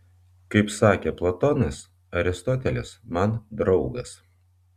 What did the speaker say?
kaip sakė platonas aristotelis man draugas